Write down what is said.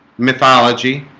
mythology